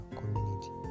community